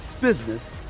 business